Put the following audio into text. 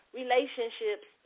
relationships